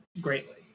greatly